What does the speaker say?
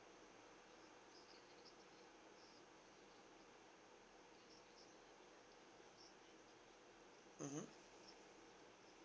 mmhmm